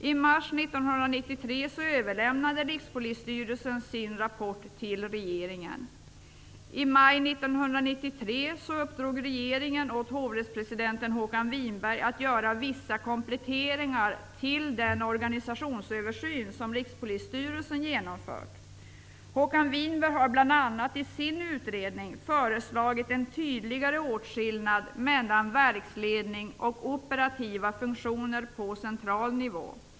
I mars 1993 överlämnade Rikspolisstyrelsen sin rapport till regeringen. I maj 1993 uppdrog regeringen åt hovrättspresidenten Håkan Winberg att göra vissa kompletteringar till den organisationsöversyn om Rikspolisstyrelsen genomfört. Håkan Winberg har bl.a. i sin utredning föreslagit en tydligare åtskillnad mellan verksledning och operativa funktioner på central nivå.